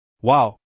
Wow